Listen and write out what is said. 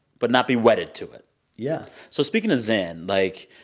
but not be wedded to it yeah so speaking of zen, like,